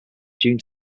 june